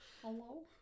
Hello